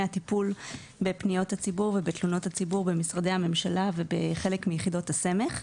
הטפול בפניות הציבור ובתלונות הציבור במשרדי הממשלה ובחלק מיחידות הסמך.